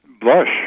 blush